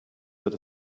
wird